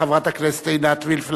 חברת הכנסת עינת וילף,